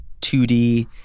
2D